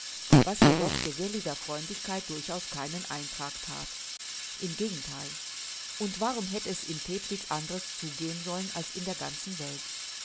was jedoch geselliger freundlichkeit durchaus keinen eintrag that im gegentheil und warum hätt es in teplitz anders zugehen sollen als in der ganzen welt